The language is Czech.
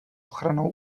ochranou